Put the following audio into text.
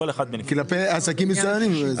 כלפי עסקים מסוימים.